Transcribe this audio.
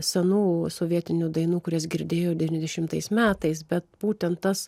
senų sovietinių dainų kurias girdėjo devyniasdešimtais metais bet būtent tas